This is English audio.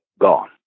gone